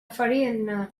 farina